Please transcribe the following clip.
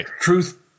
truth